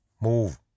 Move